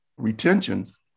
retentions